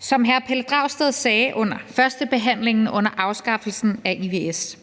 Hr. Pelle Dragsted sagde under førstebehandlingen under afskaffelsen af ivs: